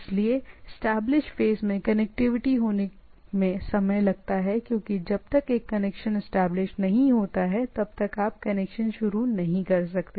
इसलिए establish phase में connectivity होने में समय लगता है क्योंकि जब तक कनेक्शन एस्टेब्लिश नहीं होता है तब तक आप कनेक्शन शुरू नहीं कर सकते